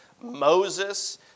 Moses